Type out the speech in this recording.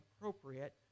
appropriate